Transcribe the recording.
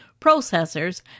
processors